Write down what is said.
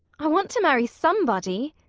i want to marry somebody.